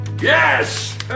yes